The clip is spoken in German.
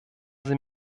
sie